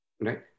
right